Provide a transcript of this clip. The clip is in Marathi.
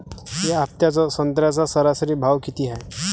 या हफ्त्यात संत्र्याचा सरासरी भाव किती हाये?